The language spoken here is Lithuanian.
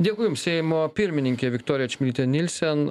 dėkui jums seimo pirmininkė viktorija čmilytė nylsen